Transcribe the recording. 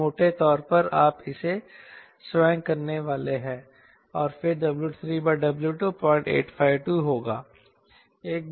ये मोटे तौर पर आप इसे स्वयं करने वाले हैं और फिर W3W2 0852 होगा